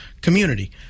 community